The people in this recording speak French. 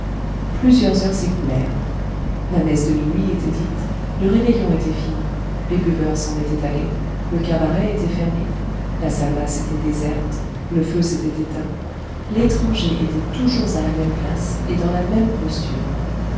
plusieurs heures s'écoulèrent la messe de minuit était dite le réveillon était fini les buveurs s'en étaient allés le cabaret était fermé la salle basse était déserte le feu s'était éteint l'étranger était toujours à la même place et dans la même posture